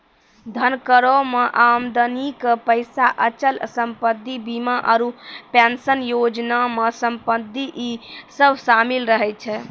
धन करो मे आदमी के पैसा, अचल संपत्ति, बीमा आरु पेंशन योजना मे संपत्ति इ सभ शामिल रहै छै